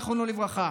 זיכרונו לברכה.